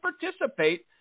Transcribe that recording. participate